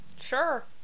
Sure